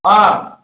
अँ